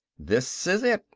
this is it,